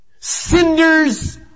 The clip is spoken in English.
cinders